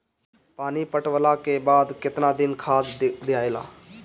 पानी पटवला के बाद केतना दिन खाद दियाला?